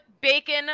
bacon